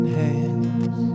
hands